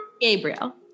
Gabriel